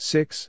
Six